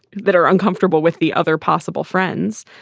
that are uncomfortable with the other possible friends.